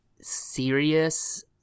serious